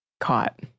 caught